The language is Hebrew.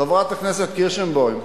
חברת הכנסת קירשנבאום,